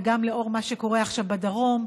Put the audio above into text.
וגם לאור מה שקורה עכשיו בדרום,